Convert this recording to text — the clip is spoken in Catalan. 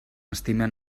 estime